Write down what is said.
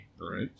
Right